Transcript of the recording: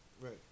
right